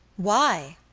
why?